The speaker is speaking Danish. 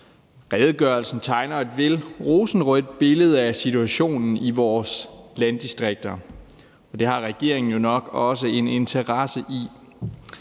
redegørelsen tegner et vel rosenrødt billede af situationen i vores landdistrikter, og det har regeringen jo nok også en interesse i.